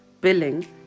billing